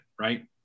right